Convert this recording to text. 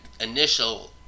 initial